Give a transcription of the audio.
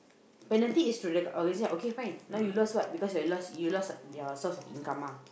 penalty is through okay fine now you lost what you lost you lost your source of income ah